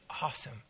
awesome